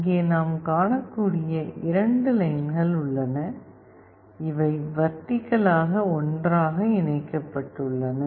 இங்கே நாம் காணக்கூடிய 2 லைன்கள் உள்ளன இவை வெர்ட்டிகலாக ஒன்றாக இணைக்கப்பட்டுள்ளன